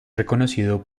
reconocido